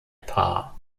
paar